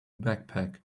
backpack